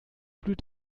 blüht